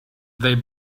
they